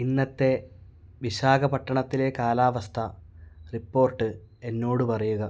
ഇന്നത്തെ വിശാഖപട്ടണത്തിലെ കാലാവസ്ഥ റിപ്പോർട്ട് എന്നോട് പറയുക